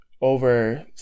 over